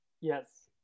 Yes